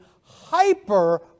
hyper